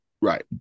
Right